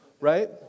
right